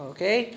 Okay